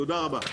תודה רבה.